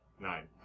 Nine